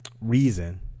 reason